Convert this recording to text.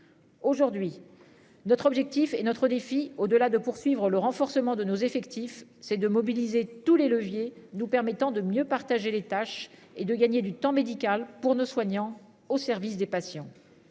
Aujourd'hui, notre objectif et notre défi au delà de poursuivre le renforcement de nos effectifs c'est de mobiliser tous les leviers nous permettant de mieux partager les tâches et de gagner du temps médical pour nos soignants au service des patients.